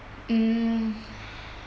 mm